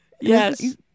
Yes